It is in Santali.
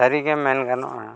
ᱥᱟᱹᱨᱤᱜᱮ ᱢᱮᱱ ᱜᱟᱱᱚᱜᱼᱟ